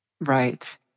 Right